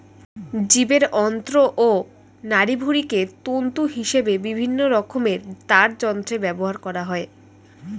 জীবের অন্ত্র ও নাড়িভুঁড়িকে তন্তু হিসেবে বিভিন্ন রকমের তারযন্ত্রে ব্যবহার করা হয়